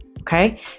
okay